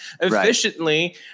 efficiently